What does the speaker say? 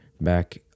back